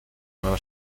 nueva